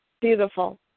Beautiful